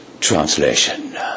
translation